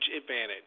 advantage